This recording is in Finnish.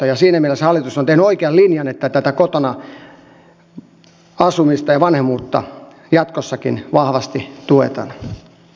siinä mielessä hallitus on tehnyt oikean linjan että tätä kotona asumista ja vanhemmuutta jatkossakin vahvasti tuetaan